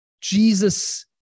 Jesus